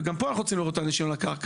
וגם פה אנחנו רוצים לראות את האנשים על הקרקע,